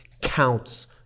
counts